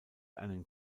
einen